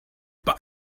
but